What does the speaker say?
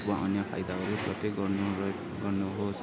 छुट वा अन्य फाइदाहरू गर्नुहोस्